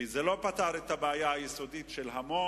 כי זה לא פתר את הבעיה היסודית של המון